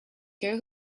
care